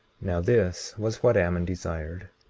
now, this was what ammon desired,